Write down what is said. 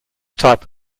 type